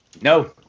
No